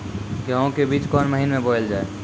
गेहूँ के बीच कोन महीन मे बोएल जाए?